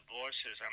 voices